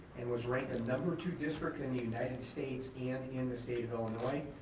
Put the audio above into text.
and was ranked the number two district in the united states and in the state of illinois,